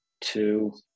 two